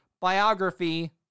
biography